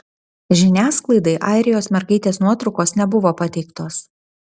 žiniasklaidai airijos mergaitės nuotraukos nebuvo pateiktos